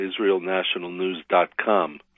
israelnationalnews.com